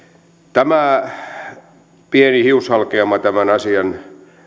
tämä pieni hiushalkeama tämän asian